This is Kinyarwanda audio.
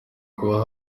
kuba